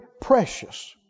precious